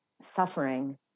suffering